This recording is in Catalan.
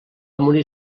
morir